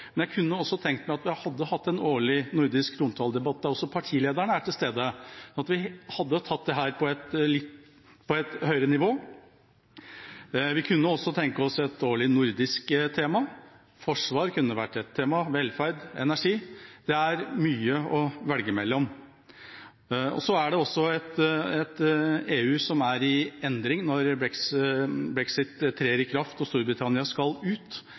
men jeg kunne altså også tenke meg at vi hadde hatt en årlig nordisk trontaledebatt der også partilederne er til stede – at vi hadde tatt dette på et høyere nivå. Vi kunne også tenke oss et årlig nordisk tema – forsvar kunne ha vært et tema, og velferd og energi. Det er mye å velge mellom. Det er også et EU som er i endring når brexit trer i kraft og Storbritannia skal ut.